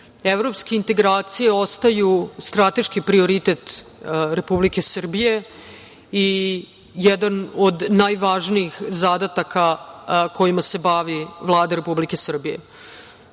evropske integracije ostaju strateški prioritet Republike Srbije i jedan od najvažnijih zadataka kojima se bavi Vladi Republika Srbije. Tu